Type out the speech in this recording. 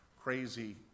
crazy